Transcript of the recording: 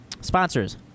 sponsors